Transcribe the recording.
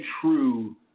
true